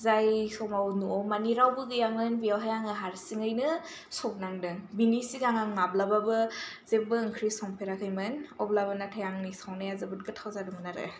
जाय समाव न'आव माने रावबो गैयामोन बेयावहाय आङो हारसिङैनो संनांदों बेनि सिगां आं माब्लाबाबो जेब्बो ओंख्रि संफेराखैमोन अब्लाबो नाथाय आंनि संनाया जोबोत गोथाव जादोंमोन आरो